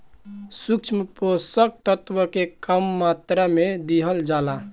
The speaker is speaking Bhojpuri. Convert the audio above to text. सूक्ष्म पोषक तत्व के कम मात्रा में दिहल जाला